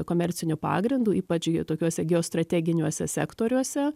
komerciniu pagrindu ypač tikiuose geostrateginiuose sektoriuose